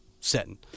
setting